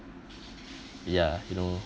ya you know